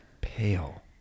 pale